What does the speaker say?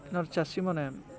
ନର ଚାଷୀମାନେ